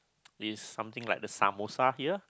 it's something like the here